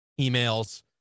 emails